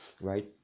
right